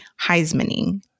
heismaning